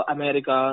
America